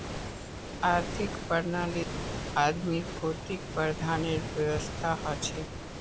आर्थिक प्रणालीत आदमीर भौतिक प्रावधानेर व्यवस्था हछेक